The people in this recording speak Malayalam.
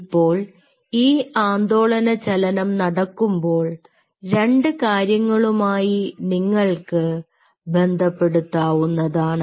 ഇപ്പോൾ ഈ ആന്തോളന ചലനം നടക്കുമ്പോൾ രണ്ടു കാര്യങ്ങളുമായി നിങ്ങൾക്ക് ബന്ധപ്പെടുത്താവുന്നതാണ്